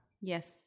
Yes